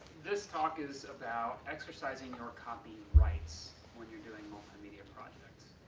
this talk is about exercising your copy rights when you're doing multimedia projects.